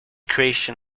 creation